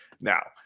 Now